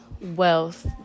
wealth